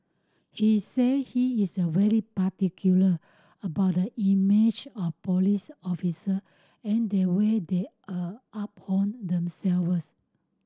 he said he is very particular about the image of police officer and the way they are uphold themselves